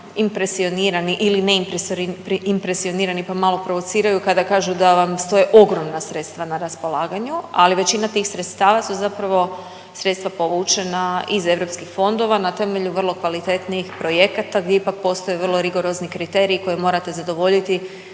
impresionirani ili neimpresionirani pa malo provociraju kada kažu da vam stoje ogromna sredstva na raspolaganju ali većina tih sredstava su zapravo sredstva povućena iz europskih fondova na temelju vrlo kvalitetnih projekata gdje ipak postoje vrlo rigorozni kriteriji koje morate zadovoljiti